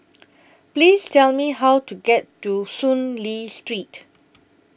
Please Tell Me How to get to Soon Lee Street